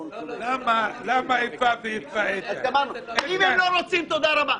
אם הם לא רוצים, תודה רבה.